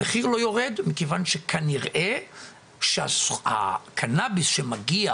המחיר לא יורד מכיוון שכנראה שהקנאביס שמגיע